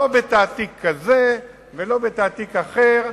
לא בתעתיק כזה ולא בתעתיק אחר.